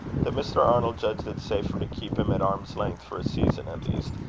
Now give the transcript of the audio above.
that mr. arnold judged it safer to keep him at arm's length for a season at least,